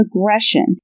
aggression